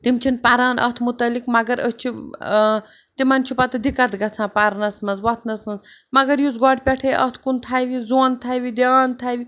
تِم چھِنہٕ پَران اَتھ متعلق مگر أسۍ چھِ ٲں تِمَن چھِ پَتہٕ دِقت گژھان پرنَس منٛز وۄتھنَس منٛز مگر یُس گۄڈٕ پٮ۪ٹھٔے اَتھ کُن تھایہِ زۄن تھایہِ دھیٛان تھایہِ